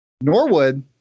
Norwood